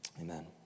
Amen